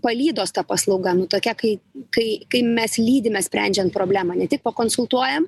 palydos ta paslauga nu tokia kai kai kai mes lydime sprendžiant problemą ne tik pakonsultuojam